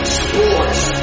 sports